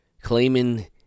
Claiming